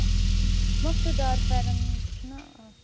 اَچھا ٹھیٖک دار پھٮ۪رن چھِنَہ